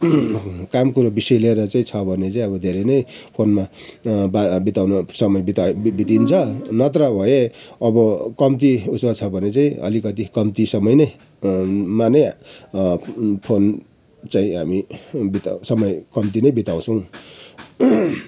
काम कुरो विषय लिएर चाहिँ छ भने चाहिँ अब धेरै नै फोनमा बा बिताउन समय बिताइदिन्छ नत्र भए अब कम्ती उसमा छ भने चाहिँ अलिकति कम्ती समय नै मा नै फोन चाहिँ हामी बिता समय कम्ती नै बिताउँछौँ